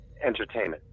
entertainment